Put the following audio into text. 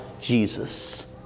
Jesus